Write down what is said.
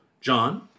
John